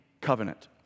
covenant